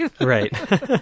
Right